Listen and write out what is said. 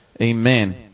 Amen